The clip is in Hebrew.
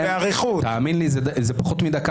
תאמין לי זה פחות דקה.